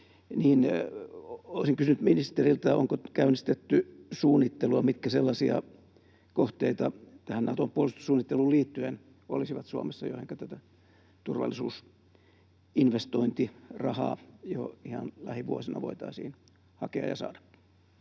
Olisin kysynyt ministeriltä: onko käynnistetty suunnittelua, mitkä sellaisia kohteita Naton puolustussuunnitteluun liittyen olisivat Suomessa, joihinka tätä turvallisuusinvestointirahaa jo ihan lähivuosina voitaisiin hakea ja saada?